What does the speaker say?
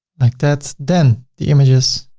like that. then the images